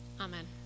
Amen